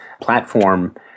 platform